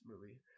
movie